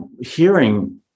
hearing